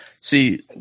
see